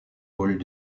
paul